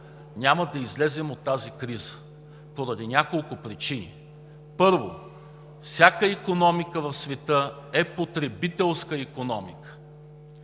няма да излезем от тази криза поради няколко причини. Първо, всяка икономика в света е потребителска икономика